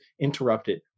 interrupted